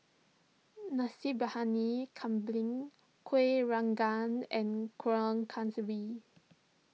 Nasi Briyani Kambing Kuih Rengas and Kuih Kaswi